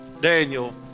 Daniel